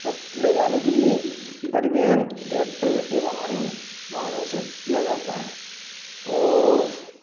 तक ले जाने के लिए परिवहन ट्रेक्टर एवं अन्य वाहनों से किया जाता है और